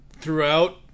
Throughout